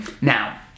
Now